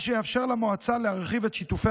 מה שיאפשר למועצה להרחיב את שיתופי